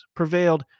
prevailed